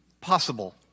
Possible